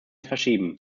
verschieben